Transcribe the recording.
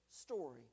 story